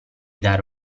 dare